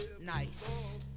Nice